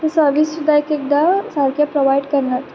service सुद्दां एकएकदां सारके प्रोवायड करनात